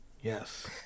Yes